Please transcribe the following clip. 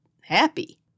happy